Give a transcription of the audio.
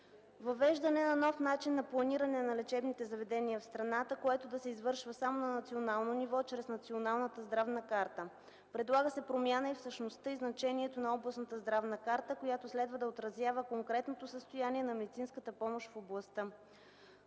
въвеждане на нов начин на планиране на лечебните заведения в страната, което да се извършва само на национално ниво чрез Националната здравна карта. Предлага се промяна и в същността и значението на областната здравна карта, която следва да отразява конкретното състояние на медицинската помощ в областта;